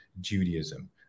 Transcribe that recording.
Judaism